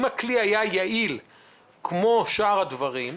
אם הכלי היה יעיל כמו שאר הדברים,